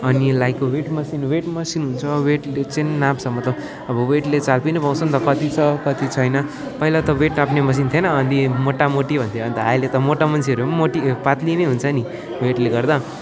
अनि like weight machine हुन्छ वेटले चाहिँ नाप्छ मतलब अब वेटले चाल पनि पाउँछन् त कति छ कति छैन पहिला त वेट नाप्ने मसिन थिएन अनि मोटा मोटी भन्थ्यो अहिले त मोटा मान्छेहरू पनि मोटी ए पात्ली नै हुन्छ नि वेटले गर्दा